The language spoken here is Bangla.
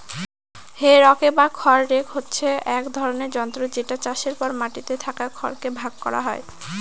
হে রকে বা খড় রেক হচ্ছে এক ধরনের যন্ত্র যেটা চাষের পর মাটিতে থাকা খড় কে ভাগ করা হয়